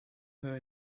her